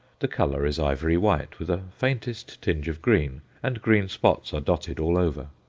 the colour is ivory-white, with a faintest tinge of green, and green spots are dotted all over.